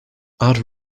add